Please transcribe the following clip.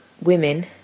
Women